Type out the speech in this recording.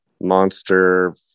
monster